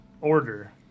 order